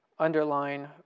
underline